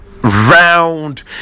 round